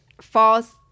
False